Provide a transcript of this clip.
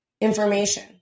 information